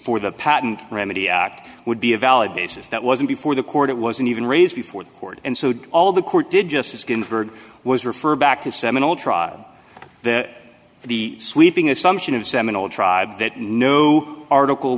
for the patent remedy act would be a valid basis that wasn't before the court it wasn't even raised before the court and sued all the court did justice ginsburg was referred back to seminole trial for the sweeping assumption of seminole tribe that new article